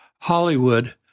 Hollywood